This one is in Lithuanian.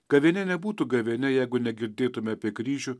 gavėnia nebūtų gavėnia jeigu negirdėtume apie kryžių